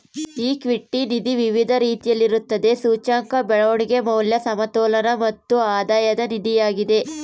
equity ನಿಧಿ ವಿವಿಧ ರೀತಿಯಲ್ಲಿರುತ್ತದೆ, ಸೂಚ್ಯಂಕ, ಬೆಳವಣಿಗೆ, ಮೌಲ್ಯ, ಸಮತೋಲನ ಮತ್ತು ಆಧಾಯದ ನಿಧಿಯಾಗಿದೆ